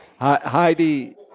Heidi